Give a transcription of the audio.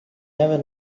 never